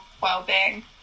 well-being